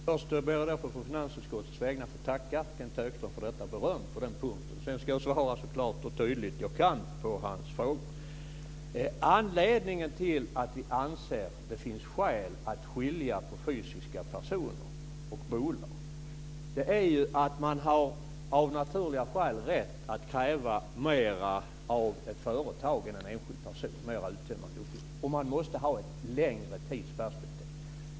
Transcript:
Fru talman! Först ber jag att å finansutskottets vägnar få tacka Kenth Högström för detta beröm på den punkten. Sedan ska jag svara så klart och tydligt jag kan på hans frågor. Anledningen till att vi anser att det finns skäl att skilja på fysiska personer och bolag är att man av naturliga skäl har rätt att kräva mer av ett företag än av en enskild person, mer uttömmande uppgifter. Man måste också ha ett längre tidsperspektiv.